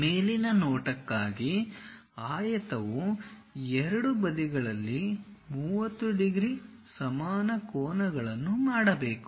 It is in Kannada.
ಮೇಲಿನ ನೋಟಕ್ಕಾಗಿ ಆಯತವು ಎರಡೂ ಬದಿಗಳಲ್ಲಿ 30 ಡಿಗ್ರಿ ಸಮಾನ ಕೋನಗಳನ್ನು ಮಾಡಬೇಕು